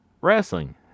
wrestling